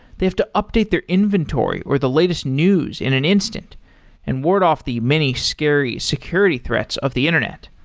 they have to update their inventory or the latest news in an instant and ward off the many scary security threats of the internet.